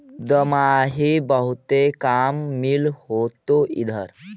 दमाहि बहुते काम मिल होतो इधर?